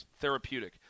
therapeutic